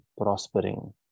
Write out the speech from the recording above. prospering